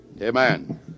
Amen